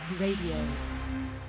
Radio